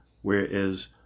Whereas